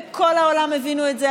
בכל העולם הבינו את זה,